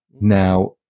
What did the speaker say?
Now